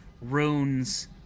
runes